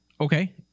Okay